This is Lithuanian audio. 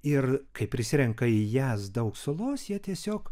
ir kai prisirenka į jas daug sulos jie tiesiog